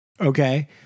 Okay